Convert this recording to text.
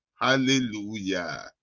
hallelujah